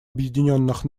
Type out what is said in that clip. объединенных